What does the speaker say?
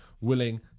willing